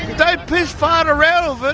don't piss-fart around with it.